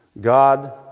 God